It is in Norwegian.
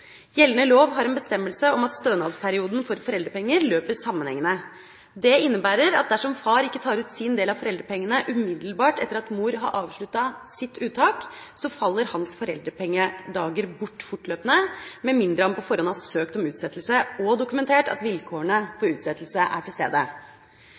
Gjeldende lov har en bestemmelse om at stønadsperioden for foreldrepenger løper sammenhengende. Det innebærer at dersom far ikke tar ut sin del av foreldrepengene umiddelbart etter at mor har avsluttet sitt uttak, faller hans foreldrepengedager bort fortløpende, med mindre han på forhånd har søkt om utsettelse og dokumentert at vilkårene